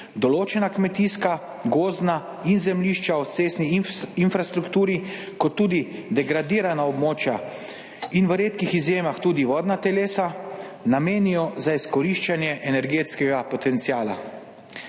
določena kmetijska, gozdna zemljišča in zemljišča ob cestni infrastrukturi, pa tudi degradirana območja in v redkih izjemah tudi vodna telesa, namenijo za izkoriščanje energetskega potenciala.